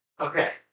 Okay